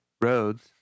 roads